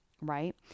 right